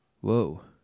Whoa